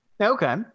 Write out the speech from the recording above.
Okay